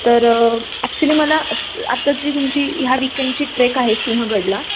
तर ॲक्च्युली मला आता जी तुमची ह्या वीकेंडची ट्रेक आहे सिंहगडला